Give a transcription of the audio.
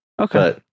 Okay